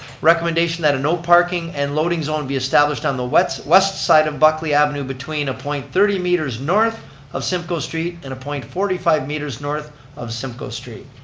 recommendation that a no parking and loading zone be established on the west west side of buckley avenue between a point thirty meters north of simcoe street and a point forty five meters north of simcoe street.